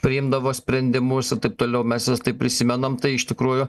priimdavo sprendimus ir taip toliau mes juos tai prisimenam tai iš tikrųjų